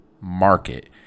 market